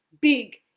big